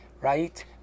right